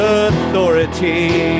authority